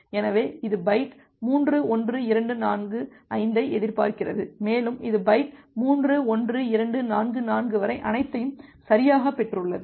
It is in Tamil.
எனவே இது பைட் 3 1 2 4 5 ஐ எதிர்பார்க்கிறது மேலும் இது பைட் 3 1 2 4 4 வரை அனைத்தையும் சரியாகப் பெற்றுள்ளது